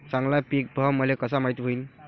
चांगला पीक भाव मले कसा माइत होईन?